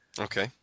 Okay